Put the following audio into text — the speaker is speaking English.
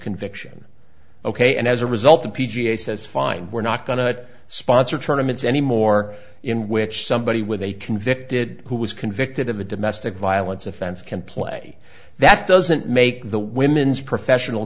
conviction ok and as a result the p g a says fine we're not going to sponsor tournaments anymore in which somebody with a convicted who was convicted of a domestic violence offense can play that doesn't make the women's professional